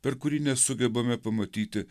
per kurį nesugebame pamatyti